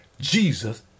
Jesus